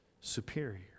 superior